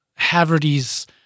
Haverty's